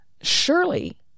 surely